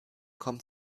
kommt